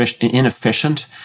inefficient